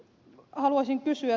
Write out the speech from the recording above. haluaisin kysyä